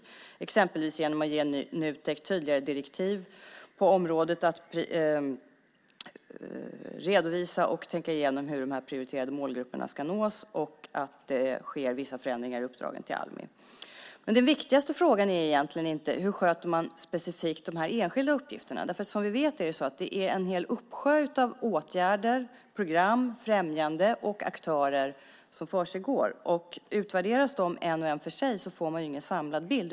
Det handlar exempelvis om att ge Nutek tydligare direktiv på området när det gäller att redovisa och tänka igenom hur de här prioriterade målgrupperna ska nås och om att det sker vissa förändringar i uppdragen till Almi. Men den viktigaste frågan är egentligen inte: Hur sköter man specifikt de här enskilda uppgifterna? Som vi vet finns det en hel uppsjö av åtgärder, program, främjanden och aktörer. Utvärderas de var och en för sig får man ingen samlad bild.